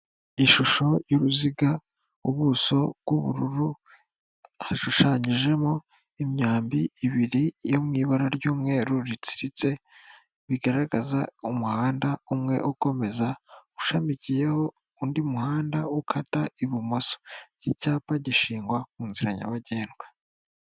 Ishusho y'uruziga, ubuso bw'ubururu, hashushanyijemo imyambi ibiri yo mu ibara ry'umweru ritsiritse bigaragaza umuhanda umwe ukomeza ushamikiyeho undi muhanda ukata ibumoso, iki cyapa gishingwa ku nzira nyabagendwa.